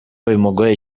bimugoye